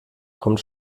kommt